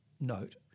note